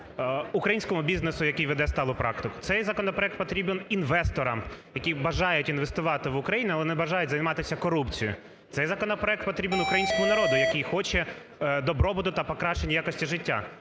українському бізнесу, який веде сталу практику. Цей законопроект потрібен інвесторам, які бажають інвестувати в Україну, але не бажають займатися корупцією. Цей законопроект потрібен українському народу, який хоче добробуту та покращення якості життя.